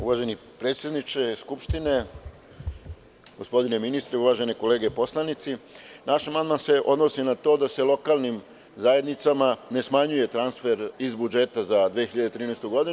Uvaženi predsedniče Skupštine, gospodine ministre, uvažene kolege poslanici, naš amandman se odnosi na to da se lokalnim zajednicama ne smanjuje transfer iz budžeta za 2013. godinu.